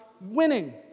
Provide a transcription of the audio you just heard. winning